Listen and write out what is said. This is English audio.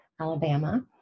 Alabama